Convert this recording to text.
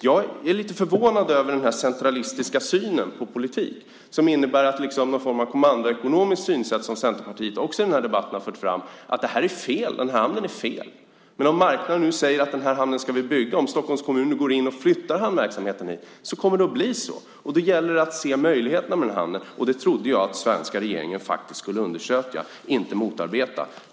Jag är lite förvånad över den centralistiska synen på politik som innebär någon form av kommandoekonomiskt synsätt som Centerpartiet också i den här debatten har fört fram, att den här hamnen är fel. Men om marknaden nu säger att vi ska bygga den här hamnen, om Stockholms kommun går in och flyttar hamnverksamheten dit så kommer det att bli så. Då gäller det att se möjligheterna med den hamnen. Det trodde jag att den svenska regeringen faktiskt skulle undersöka, inte motarbeta.